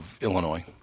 Illinois